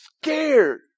scared